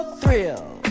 thrill